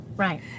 Right